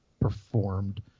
performed